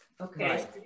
Okay